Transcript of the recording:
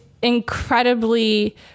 incredibly